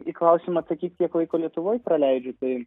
į klausimą atsakyt kiek laiko lietuvoj praleidžiu tai